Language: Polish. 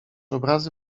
obrazy